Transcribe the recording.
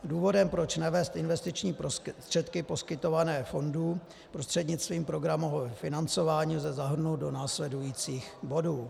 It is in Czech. Důvodem, proč nevést investiční prostředky poskytované fondu prostřednictvím programového financování lze zahrnout do následujících bodů.